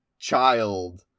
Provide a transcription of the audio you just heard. Child